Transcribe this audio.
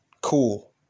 Cool